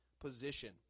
position